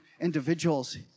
individuals